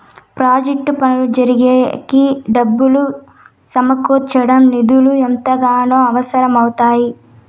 project పనులు జరిగేకి డబ్బులు సమకూర్చడం నిధులు ఎంతగానో అవసరం అవుతాయి